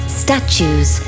statues